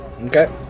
okay